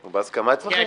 הוא בהסכמה אצלכם?